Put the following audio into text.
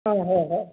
হয় হয় হয়